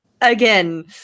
again